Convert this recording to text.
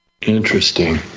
Interesting